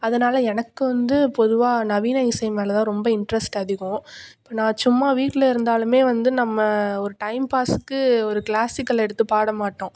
அதனால எனக்கு வந்து பொதுவாக நவீன இசை மேலதான் ரொம்ப இன்ட்ரஸ்ட் அதிகம் நான் சும்மா வீட்டில் இருந்தாலுமே வந்து நம்ம ஒரு டைம்பாஸ்க்கு ஒரு கிளாசிக்கல் எடுத்து பாட மாட்டோம்